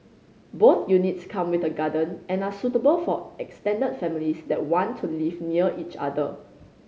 both units come with a garden and are suitable for extended families that want to live near each other